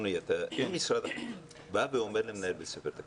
אם משרד החינוך אומר למנהל בית ספר שהוא